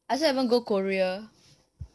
I also haven't go korea